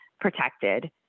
protected